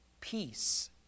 peace